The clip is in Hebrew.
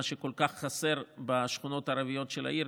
מה שכל כך חסר בשכונות ערביות של העיר,